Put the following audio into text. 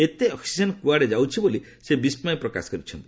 ଏତେ ଅକ୍ଟିଜେନ୍ କୁଆଡ଼େ ଯାଉଛି ବୋଲି ସେ ବିସ୍କୟ ପ୍ରକାଶ କରିଛନ୍ତି